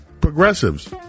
progressives